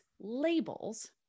labels